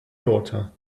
daughter